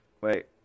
wait